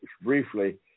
briefly